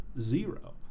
zero